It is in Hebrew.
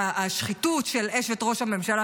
והשחיתות של אשת ראש הממשלה,